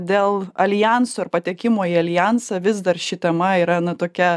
dėl aljanso ir patekimo į aljansą vis dar ši tema yra na tokia